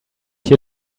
here